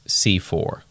c4